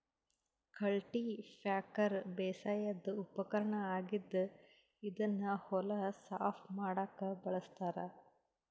cultipacker ಬೇಸಾಯದ್ ಉಪಕರ್ಣ್ ಆಗಿದ್ದ್ ಇದನ್ನ್ ಹೊಲ ಸಾಫ್ ಮಾಡಕ್ಕ್ ಬಳಸ್ತಾರ್